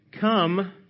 come